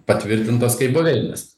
patvirtintos kaip buveinės